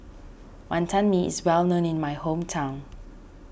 Wantan Mee is well known in my hometown